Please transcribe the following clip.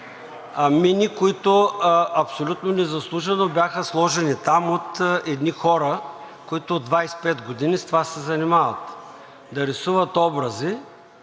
Мини, които абсолютно незаслужено бяха сложени там от едни хора, които от 25 години с това се занимават – да рисуват образи,